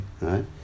right